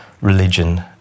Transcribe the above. religion